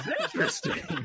interesting